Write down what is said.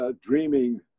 dreaming